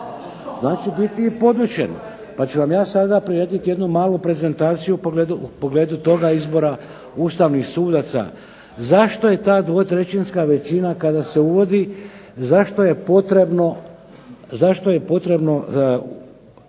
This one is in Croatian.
Znači biti i podučen. Pa ću vam ja sada prirediti jednu malu prezentaciju u pogledu toga izbora ustavnih sudaca. Zašto je ta 2/3-ska većina kada se uvodi zašto je potrebno